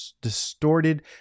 distorted